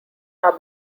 are